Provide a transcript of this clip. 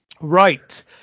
Right